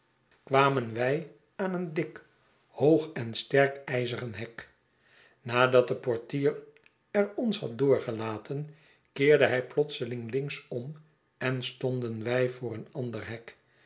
kwamen wij aan een dik hoog en sterk ijzeren hek nadat de portier er ons had doorgelaten keerde hij plotseling links omen stonden wij voor een ander hek